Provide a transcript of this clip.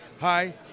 Hi